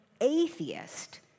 atheist